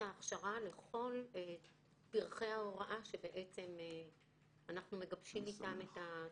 ההכשרה לכל פרחי ההוראה שבעצם אנחנו מגבשים איתם את התוכנית.